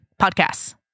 podcasts